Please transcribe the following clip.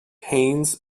haines